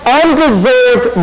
undeserved